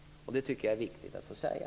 Det tycker jag är viktigt att få säga.